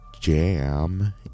jam